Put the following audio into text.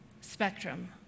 spectrum